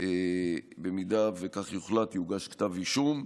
אם כך יוחלט, יוגש כתב אישום.